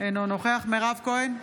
אינו נוכח מירב כהן,